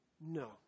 No